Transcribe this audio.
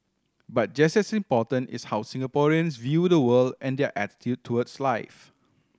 but just as important is how Singaporeans view the world and their attitude towards life